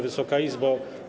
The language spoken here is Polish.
Wysoka Izbo!